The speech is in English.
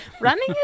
running